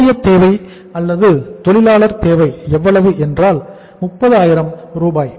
ஊதிய தேவை அல்லது தொழிலாளர் தேவை எவ்வளவு என்றால் 30000 ரூபாய்